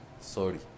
Sorry